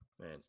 Man